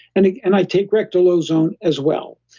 and and i take rectal ozone as well.